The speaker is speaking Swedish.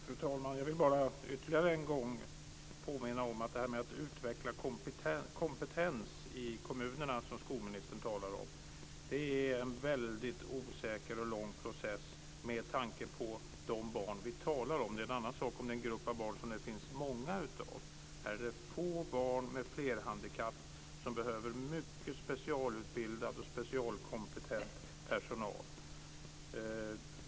Fru talman! Jag vill bara ytterligare en gång påminna om att det utvecklande av kompetens i kommunerna som skolministern talar om är en väldigt osäker och lång process med tanke på de barn som vi talar om. Det är en annan sak om det gäller en kategori av barn som det finns många av. Det är fråga om få barn med flerhandikapp, som behöver mycket specialutbildad och specialkompetent personal.